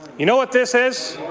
you know what this is?